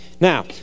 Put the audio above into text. Now